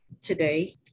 Today